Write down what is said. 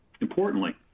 Importantly